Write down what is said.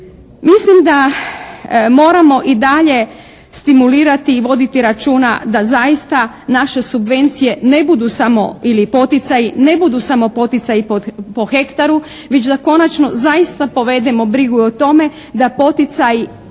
Mislim da moramo i dalje stimulirati i voditi računa da zaista naše subvencije ne budu samo, ili poticaji, ne budu samo poticaji po hektaru već da konačno zaista povedemo brigu i o tome da poticaji